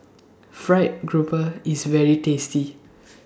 Fried Grouper IS very tasty